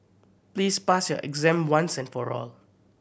please pass your exam once and for all